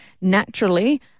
naturally